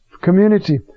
community